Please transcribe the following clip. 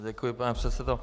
Děkuji, pane předsedo.